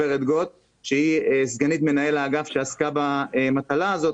שהיא סגנית מנהל האגף שעסקה במטלה הזאת,